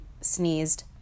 sneezed